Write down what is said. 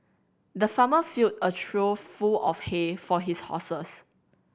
the farmer filled a trough full of hay for his horses